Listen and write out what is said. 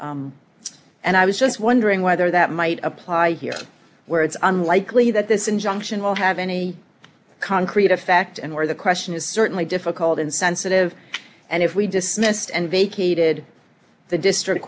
it and i was just wondering whether that might apply here where it's unlikely that this injunction will have any concrete effect and where the question is certainly difficult and sensitive and if we dismissed and vacated the district